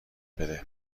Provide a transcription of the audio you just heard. بده